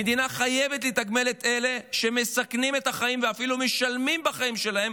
המדינה חייבת לתגמל את אלה שמסכנים את החיים ואפילו משלמים בחיים שלהם,